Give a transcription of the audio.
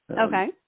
Okay